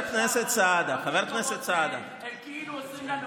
ידע עם ישראל וישפוט.